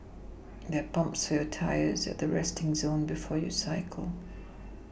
there are pumps for your tyres at the resting zone before you cycle